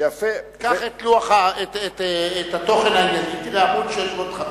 קח את תוכן העניינים, תראה עמוד 605,